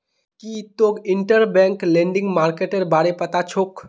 की तोक interbank lending मार्केटेर बारे पता छोक